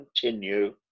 continue